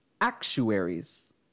actuaries